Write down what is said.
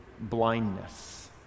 blindness